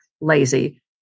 lazy